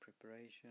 preparation